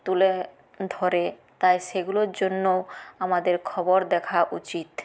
তুলে ধরে তাই সেগুলোর জন্যও আমাদের খবর দেখা উচিত